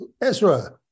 Ezra